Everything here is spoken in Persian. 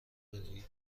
داری